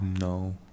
No